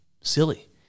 silly